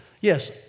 Yes